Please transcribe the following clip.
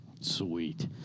Sweet